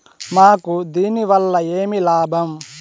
మాకు దీనివల్ల ఏమి లాభం